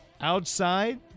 outside